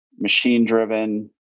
machine-driven